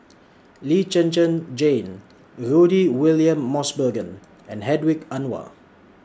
Lee Zhen Zhen Jane Rudy William Mosbergen and Hedwig Anuar